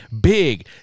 Big